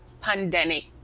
pandemic